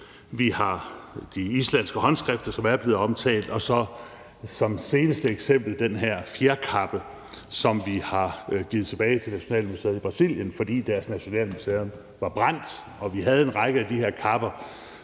Vi har de islandske håndskrifter, som er blevet omtalt, og så som det seneste eksempel den her fjerkappe, som vi har givet tilbage til nationalmuseet i Brasilien, fordi deres nationalmuseum brændte, og vi havde en række af de her kapper